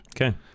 Okay